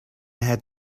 had